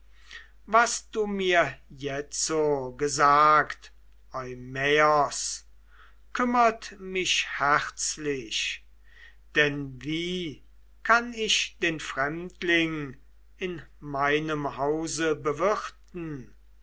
was du mir jetzo gesagt eumaios kümmert mich herzlich denn wie kann ich den fremdling in meinem hause bewirten